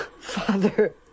Father